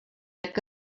que